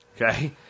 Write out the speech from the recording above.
Okay